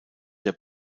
der